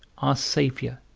our saviour,